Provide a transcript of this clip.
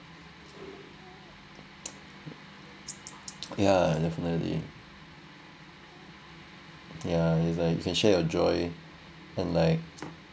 yeah definitely yeah it's like you can share your joy and like